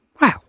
wow